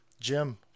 Jim